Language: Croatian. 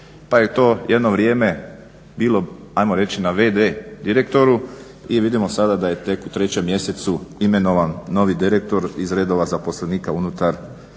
pa je to jedno vrijeme bilo ajmo reći na v.d. direktoru i vidimo sada da je tek u 3. mjesecu imenovan novi direktor iz redova zaposlenika unutar